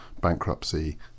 bankruptcy